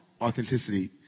authenticity